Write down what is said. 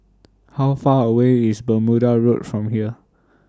How Far away IS Bermuda Road from here